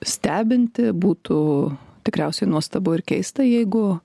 stebinti būtų tikriausiai nuostabu ir keista jeigu